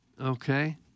Okay